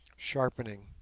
sharpening,